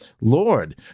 Lord